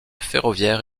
ferroviaire